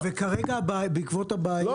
אתם לא